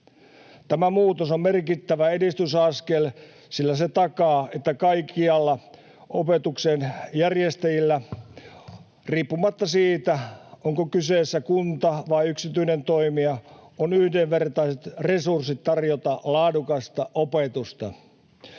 Tämä muutos on merkittävä edistysaskel, sillä se takaa, että kaikkialla opetuksen järjestäjillä riippumatta siitä, onko kyseessä kunta vai yksityinen toimija, on yhdenvertaiset resurssit tarjota laadukasta opetusta.